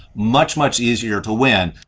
much, much easier to win.